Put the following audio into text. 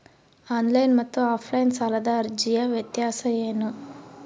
Online ಮತ್ತು offline ಸಾಲದ ಅರ್ಜಿಯ ವ್ಯತ್ಯಾಸ ಏನು?